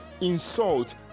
insult